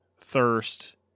thirst